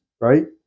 right